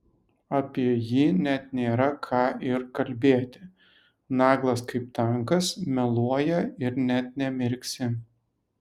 apie jį net nėra ką ir kalbėti naglas kaip tankas meluoja ir net nemirksi